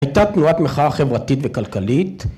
‫הייתה תנועת מחאה חברתית וכלכלית.